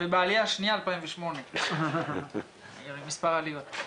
ובעלייה השנייה 2008. מספר העליות.